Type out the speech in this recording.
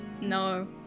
No